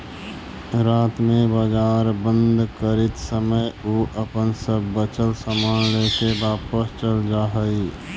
रात में बाजार बंद करित समय उ अपन सब बचल सामान लेके वापस चल जा हइ